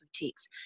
boutiques